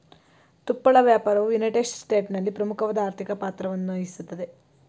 ತುಪ್ಪಳ ವ್ಯಾಪಾರವು ಯುನೈಟೆಡ್ ಸ್ಟೇಟ್ಸ್ನಲ್ಲಿ ಪ್ರಮುಖವಾದ ಆರ್ಥಿಕ ಪಾತ್ರವನ್ನುವಹಿಸ್ತದೆ